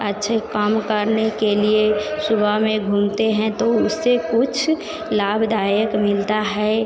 अच्छे काम करने के लिए सुबह में घूमते हैं तो उससे कुछ लाभदायक मिलता है